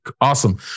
awesome